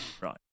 right